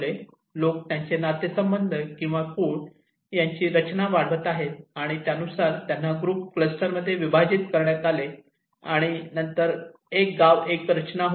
लोक त्यांचे नातेसंबंध किंवा त्यांची कुळ रचना वाढवत आहेत आणि त्यानुसार त्यांना ग्रूप क्लस्टरमध्ये विभाजित करण्यात आले आणि नवीन गाव रचना होती